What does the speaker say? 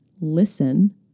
listen